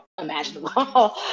imaginable